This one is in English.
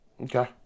Okay